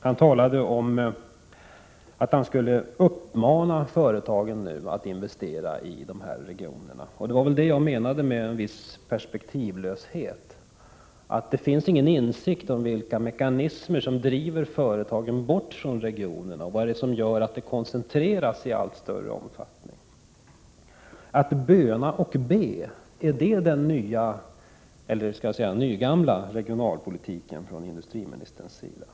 Han talade om att han skulle uppmana företagen att investera i de här regionerna, och det var det jag menade med en viss perspektivlöshet — det finns ingen insikt om vilka mekanismer som driver företagen bort från regionerna och gör att de koncentreras i allt större omfattning. Att böna och be — är det den nya eller nygamla regionalpolitiken från industriministerns sida?